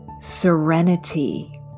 serenity